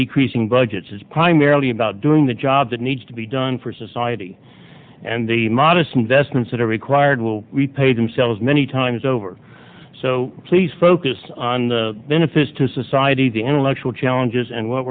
decreasing budgets it's primarily about doing the job that needs to be done for society and the modest investments that are required will pay themselves many times over so please focus on the benefits to society the intellectual challenges and what